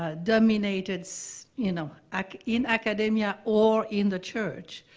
ah dominated, so you know like in academia or in the church,